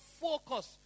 focus